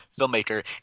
filmmaker